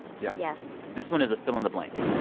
yeah yes this one is a fill-in-the-blank.